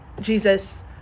Jesus